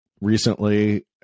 recently